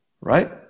Right